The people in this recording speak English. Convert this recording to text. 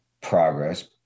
progress